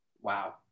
Wow